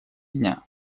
дня